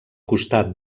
costat